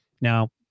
Now